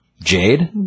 Jade